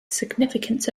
significance